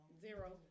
Zero